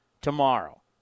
tomorrow